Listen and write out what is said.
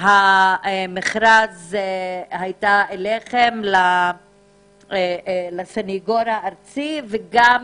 המכרז הייתה אליכם, לסנגור הארצי, וגם